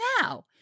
now